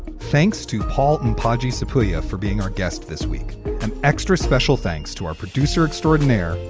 thanks to paul and podgy supriya for being our guest this week. an extra special thanks to our producer extraordinaire,